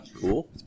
Cool